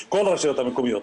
כל הרשויות המקומיות.